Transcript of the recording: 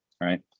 Right